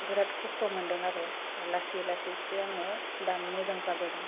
बिराथ खस्थ' मोनदों आरो लासै लासैसो आङो दा मोजां जाबोदों